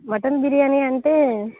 mutton biryani అంటే